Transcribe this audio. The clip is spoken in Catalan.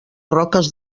roques